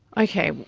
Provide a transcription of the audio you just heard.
okay,